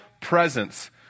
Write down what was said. presence